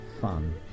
fun